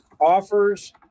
Offers